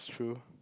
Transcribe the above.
true